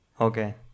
Okay